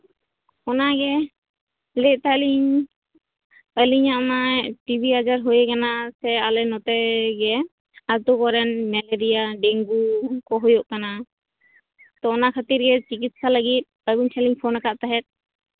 ᱚᱱᱟᱜᱮ ᱞᱟᱹᱭᱮᱜ ᱛᱟᱦᱮ ᱞᱤᱧ ᱟᱹᱞᱤᱧᱟᱜ ᱚᱱᱟ ᱴᱤᱵᱤ ᱟᱡᱟᱨ ᱦᱩᱭ ᱠᱟᱱᱟ ᱥᱮ ᱟᱞᱮ ᱱᱚᱛᱮᱜᱮ ᱟᱛᱳ ᱠᱚᱨᱮᱱ ᱢᱮᱞᱮᱨᱤᱭᱟ ᱰᱮᱝᱜᱩ ᱠᱚ ᱦᱩᱭᱩᱜ ᱠᱟᱱᱟ ᱛᱳ ᱚᱱᱟ ᱠᱷᱟᱹᱛᱤᱨᱜᱮ ᱪᱤᱠᱤᱛᱥᱟ ᱞᱟᱹᱜᱤᱫ ᱟ ᱵᱤᱱ ᱴᱷᱮᱱᱜᱤᱧ ᱯᱷᱳᱱ ᱠᱟᱜ ᱛᱟᱦᱮᱜ